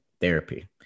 therapy